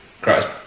Christ